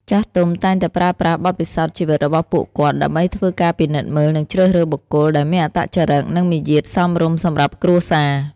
ចាស់ទុំតែងតែប្រើប្រាស់បទពិសោធន៍ជីវិតរបស់ពួកគាត់ ដើម្បីធ្វើការពិនិត្យមើល និងជ្រើសរើសបុគ្គលដែលមានអត្តចរិត និងមាយាទសមរម្យសម្រាប់គ្រួសារ។